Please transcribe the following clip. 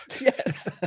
Yes